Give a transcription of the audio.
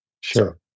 Sure